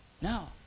No